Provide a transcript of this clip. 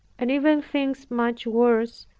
and even things much worse,